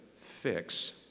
fix